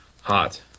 hot